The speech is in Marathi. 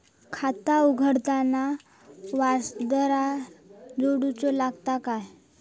खाता उघडताना वारसदार जोडूचो लागता काय?